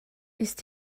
ist